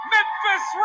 Memphis